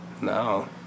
No